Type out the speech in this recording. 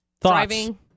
driving